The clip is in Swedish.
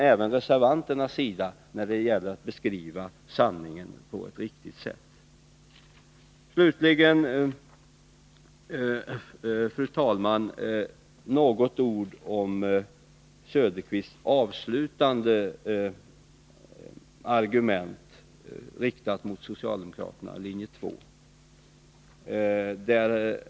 Även reservanterna har ett ansvar när det gäller att återge sanningen. Slutligen, fru talman, något ord om Oswald Söderqvists avslutande argument riktat mot socialdemokraterna och linje 2.